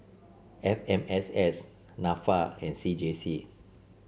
F M S S NAFA and C J C